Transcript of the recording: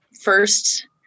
First